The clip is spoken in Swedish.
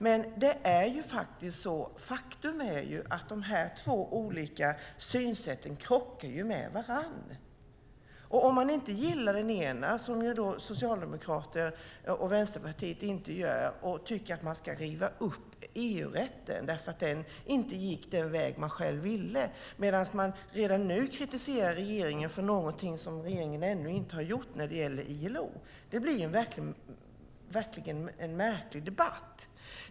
Men faktum är att de här två olika synsätten krockar med varandra. Socialdemokrater och Vänsterpartiet gillar inte det ena och tycker att man ska riva upp EU-rätten därför att den inte gick den väg som man själv ville. Samtidigt kritiserar man redan nu regeringen för någonting som regeringen ännu inte har gjort när det gäller ILO. Det blir verkligen en märklig debatt.